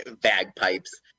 Bagpipes